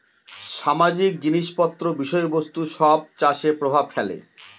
সামাজিক জিনিস পত্র বিষয় বস্তু সব চাষে প্রভাব ফেলে